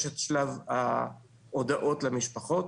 יש את שלב ההודעות למשפחות,